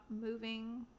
moving